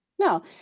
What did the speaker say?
No